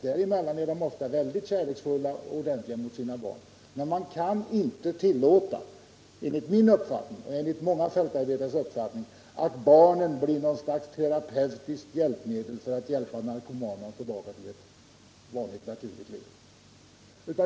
Däremellan är de ofta väldigt kärleksfulla och ordentliga mot sina barn, men man kan inte tillåta, enligt min och många fältarbetares uppfattning, att barnen blir något slags terapeutiskt hjälpmedel för att hjälpa narkomaner tillbaka till ett vanligt naturligt liv.